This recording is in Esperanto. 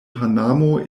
panamo